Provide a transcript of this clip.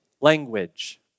language